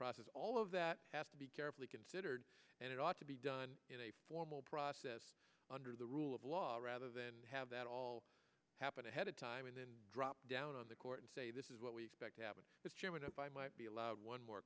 process all of that has to be carefully considered and it ought to be done in a formal process under the rule of law rather than have that all happen ahead of time and then drop down on the court and say this is what we expect to happen the chairman if i might be allowed one more